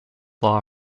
law